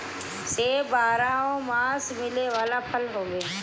सेब बारहोमास मिले वाला फल हवे